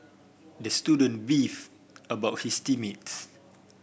the student beefed about his team mates